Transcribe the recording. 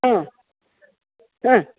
ആ ആ